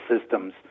systems